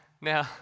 Now